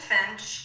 Finch